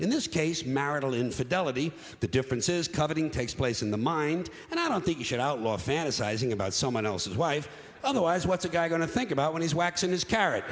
in this case marital infidelity the differences coveting takes place in the mind and i don't think you should outlaw fantasizing about someone else's wife otherwise what's a guy going to think about when he's waxing his car